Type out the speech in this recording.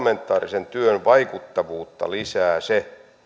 parlamentaarisen työn vaikuttavuutta lisää se